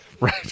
Right